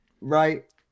right